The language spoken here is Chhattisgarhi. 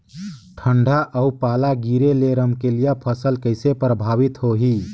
ठंडा अउ पाला गिरे ले रमकलिया फसल कइसे प्रभावित होही?